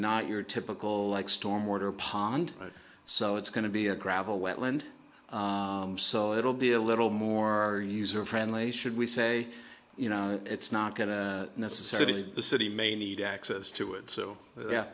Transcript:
not your typical like storm order pond so it's going to be a gravel wetland so it will be a little more user friendly should we say you know it's not going to necessarily the city may need access to it so that